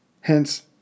hence